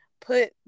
put